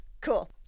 Cool